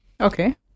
Okay